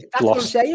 lost